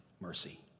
mercy